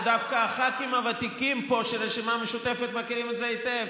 ודווקא הח"כים הוותיקים פה של הרשימה המשותפת מכירים את זה היטב.